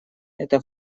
это